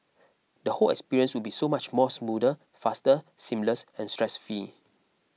the whole experience would be so much more smoother faster seamless and stress fee